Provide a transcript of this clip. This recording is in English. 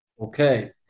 Okay